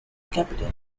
capital